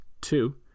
Two